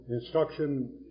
instruction